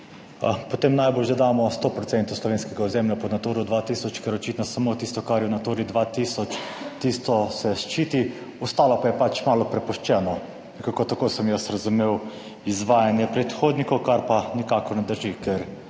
Potem najbolj že damo sto procentov slovenskega ozemlja pod Naturo 2000, ker očitno samo tisto, kar je v Naturi 2000 tisto se ščiti, ostalo pa je pač malo prepuščeno, nekako tako sem jaz razumel izvajanje predhodnikov, kar pa nikakor ne drži.